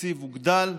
התקציב הוגדל,